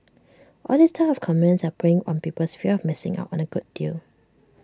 all these type of comments are preying on people's fear on missing out on A good deal